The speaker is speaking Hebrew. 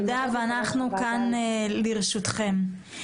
תודה, אנחנו כאן לרשותכם.